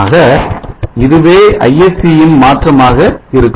ஆக இதுவே ISC ன் மாற்றமாக இருக்கும்